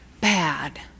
bad